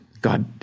God